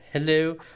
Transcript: Hello